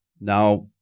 Now